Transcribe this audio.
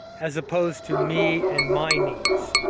as opposed to me and my needs.